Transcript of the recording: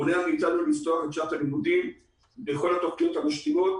זה מונע מאיתנו לפתוח את שנת הלימודים לכל התוכניות המשלימות